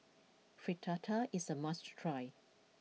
Fritada is a must try